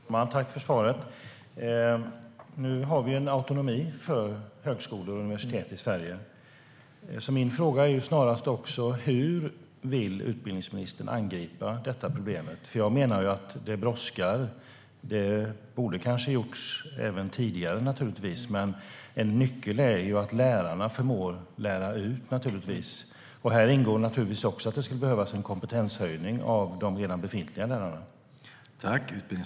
Herr talman! Tack för svaret! Nu har vi ju en autonomi för högskolor och universitet i Sverige. Min fråga blir då snarast: Hur vill utbildningsministern angripa detta problem? Jag menar att det brådskar. Det borde kanske ha gjorts även tidigare. Men en nyckel är ju att lärarna förmår att lära ut. Här ingår också naturligtvis att det skulle behövas en kompetenshöjning för de redan befintliga lärarna.